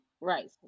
right